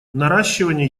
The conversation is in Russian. наращивание